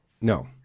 No